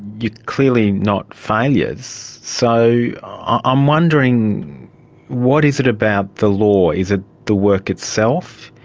you're clearly not failures, so i'm wondering what is it about the law, is it the work itself,